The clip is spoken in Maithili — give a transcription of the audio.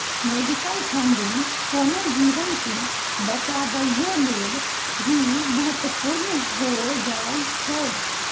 मेडिकल फंडिंग कोनो जीवन के बचाबइयो लेल भी महत्वपूर्ण हो जाइ छइ